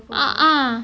ah ah